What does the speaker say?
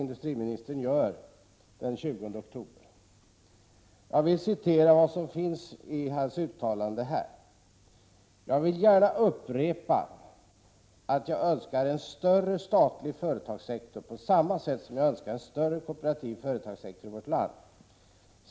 Industriministerns uttalande gjordes den 20 oktober, och jag vill citera följande ur detta: ”Jag vill gärna upprepa att jag önskar en större statlig företagssektor, på samma sätt som jag önskar en större kooperativ företagssektor i vårt land.